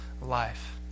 life